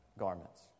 Garments